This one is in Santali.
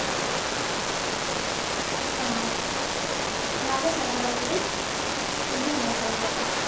ᱚᱱᱟ ᱜᱮ ᱱᱚᱣᱟ ᱜᱮ ᱥᱟᱸᱜᱷᱟᱨ ᱵᱟᱨᱮ ᱛᱮᱫᱚ ᱤᱧᱫᱚᱹᱧ ᱢᱮᱱ ᱥᱟᱹᱨᱤ ᱫᱟᱲᱮᱭᱟᱜᱼᱟ